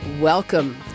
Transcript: welcome